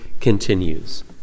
continues